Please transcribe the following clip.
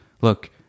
look